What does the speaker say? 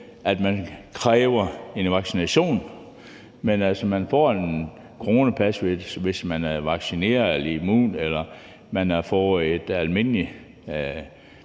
at man kræver en vaccination. Men altså, man får et coronapas, hvis man er vaccineret eller immun eller har fået en almindelig